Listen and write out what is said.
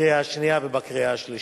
בקריאה שנייה ובקריאה שלישית.